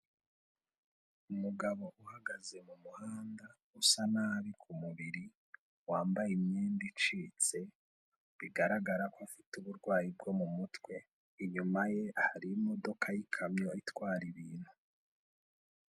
Umugabo uhagaze mu muhanda usa nabi ku mubiri, wambaye imyenda icitse bigaragara ko afite uburwayi bwo mu mutwe, inyuma ye hari imodoka y'ikamyo itwara ibintu.